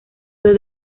dos